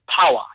power